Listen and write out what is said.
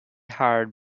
hard